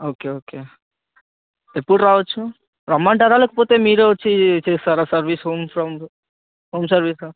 okay okay ఎప్పుడు రావచ్చు రమ్మంటారా లేకపోతే మీరే వచ్చి చేస్తారా సర్వీస్ హోమ్ హోమ్ సర్వీసు